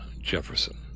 Jefferson